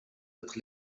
être